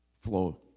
flow